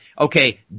Okay